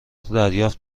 دریافت